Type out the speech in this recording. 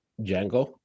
Django